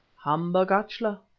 hamba gachla.